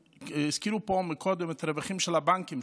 הזכירו פה קודם את הרווחים של הבנקים.